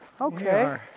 Okay